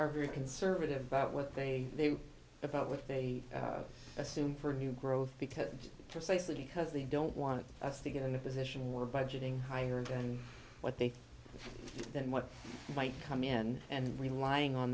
are very conservative about what they say about what they assume for new growth because precisely because they don't want to get in a position where budgeting higher than what they than what might come in and relying on